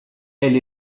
elle